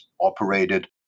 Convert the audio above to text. operated